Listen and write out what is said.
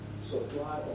Supply